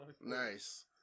Nice